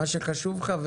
מה שחשוב לך.